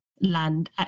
land